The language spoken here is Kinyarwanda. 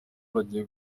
bagiye